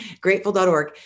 grateful.org